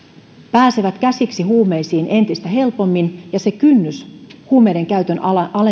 pääsevät käsiksi huumeisiin entistä helpommin ja se kynnys huumeidenkäytön